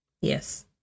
Yes